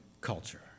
culture